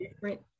right